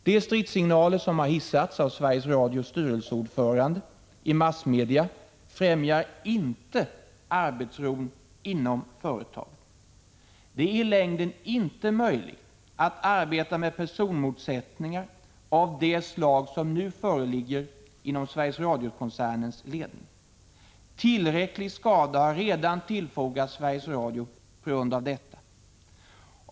De strids 41 signaler som har hissats i massmedia av Sveriges Radios styrelseordförande främjar inte arbetsron inom företaget. Det är i längden inte möjligt att arbeta med personmotsättningar av det slag som nu föreligger inom Sveriges Radio-koncernens ledning. Tillräcklig skada har redan tillfogats Sveriges Radio på grund av detta.